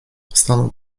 stanął